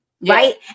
right